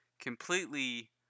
completely